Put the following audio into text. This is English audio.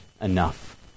enough